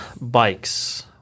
bikes